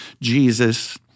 Jesus